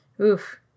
Oof